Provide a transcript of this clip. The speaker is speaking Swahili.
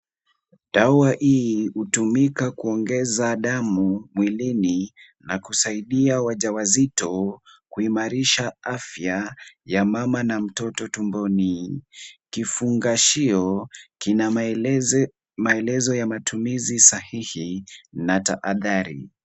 Dawa hii hutumika kuongeza damu mwilini na kusaidia waja wa wazito kuimarisha afya ya mama na mtoto tumboni. Kifungashio kina maelezo ya matumizi sahihi na tahadhari.